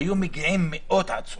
היו מגיעים מאות עצורים.